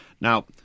Now